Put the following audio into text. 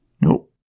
Nope